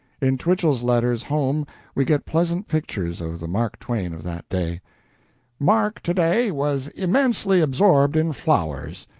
in twichell's letters home we get pleasant pictures of the mark twain of that day mark, to-day, was immensely absorbed in flowers.